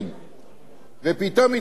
ופתאום התחילו לגבות את החובות.